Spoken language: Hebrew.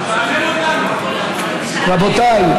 רבותיי,